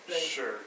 Sure